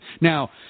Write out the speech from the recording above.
Now